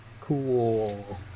cool